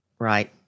Right